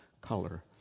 color